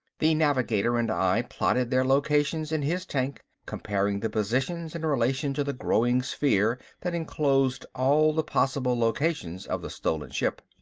the navigator and i plotted their locations in his tank, comparing the positions in relation to the growing sphere that enclosed all the possible locations of the stolen ship.